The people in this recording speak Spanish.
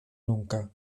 nunca